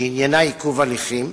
שעניינה עיכוב הליכים,